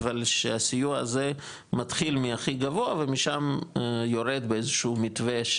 אבל שהסיוע הזה מתחיל מהכי גבוה ומשם יורד באיזשהו מתווה,